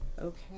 Okay